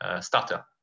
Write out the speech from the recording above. starter